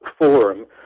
forum